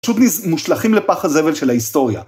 פשוט מושלכים לפח הזבל של ההיסטוריה.